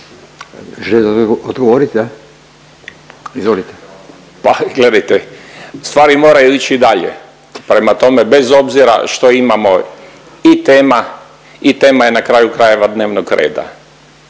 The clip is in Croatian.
izvolite. **Mrvac, Nikola** Pa gledajte, stvari moraju ići dalje, prema tome bez obzira što imamo i tema i tema je na kraju krajeva dnevnog reda.